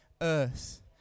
earth